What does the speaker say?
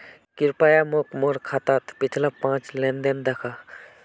कृप्या मोक मोर खातात पिछला पाँच लेन देन दखा